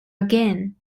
again